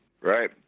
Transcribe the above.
Right